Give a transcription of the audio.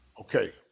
Okay